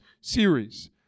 series